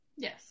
Yes